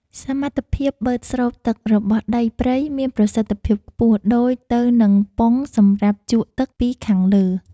សមត្ថភាពបឺតស្រូបទឹករបស់ដីព្រៃមានប្រសិទ្ធភាពខ្ពស់ដូចទៅនឹងប៉ុងសម្រាប់ជក់ទឹកពីខាងលើ។